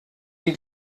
die